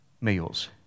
meals